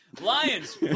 Lions